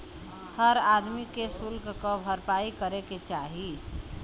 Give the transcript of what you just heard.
हर आदमी के सुल्क क भरपाई करे के चाही